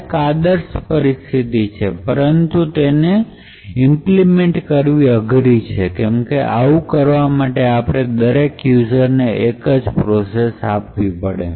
આ એક આદર્શ પરિસ્થિતિ છે પરંતુ તેને ઇમ્પ્લીમેંન્ટ કરવી અઘરી છે કેમકે આવું કરવા માટે આપણે દરેક યુઝરને એક જ પ્રોસેસ આપવી પડે